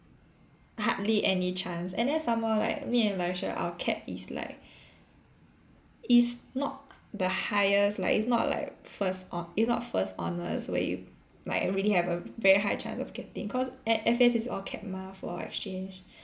hardly any chance and then some more like me and Elisha our CAP is like is not the highest like it's not like first ho~ it's not first honours where you like really have a very high chance of getting cause F~ F_A_S_S is all CAP mah for exchange